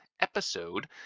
episode